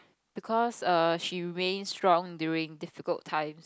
because err she reigns strong during difficult times